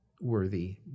worthy